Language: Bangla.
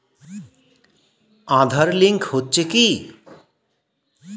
আঁধার লিঙ্ক হচ্ছে কি?